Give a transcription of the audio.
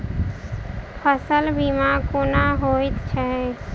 फसल बीमा कोना होइत छै?